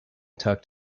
tucked